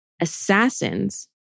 assassins